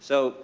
so